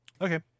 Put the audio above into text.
okay